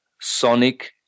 sonic